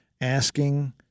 asking